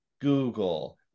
Google